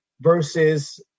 versus